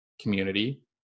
community